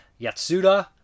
yatsuda